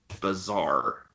bizarre